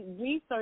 research